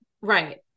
right